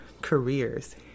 careers